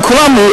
כשכולם,